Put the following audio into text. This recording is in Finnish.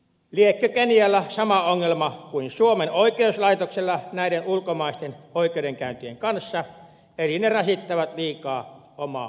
liekö kenialla sama ongelma kuin suomen oikeuslaitoksella näiden ulkomaisten oikeudenkäyntien kanssa eli ne rasittavat liikaa omaa oikeuslaitosta